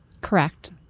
Correct